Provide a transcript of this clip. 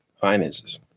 Finances